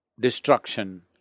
destruction